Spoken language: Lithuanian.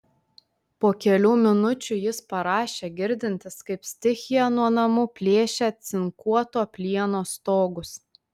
po kelių minučių jis parašė girdintis kaip stichija nuo namų plėšia cinkuoto plieno stogus